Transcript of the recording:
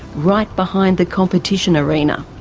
right behind the competition arena.